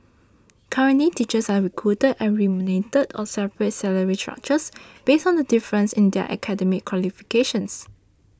currently teachers are recruited and remunerated on separate salary structures based on the difference in their academic qualifications